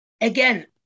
Again